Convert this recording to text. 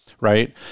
right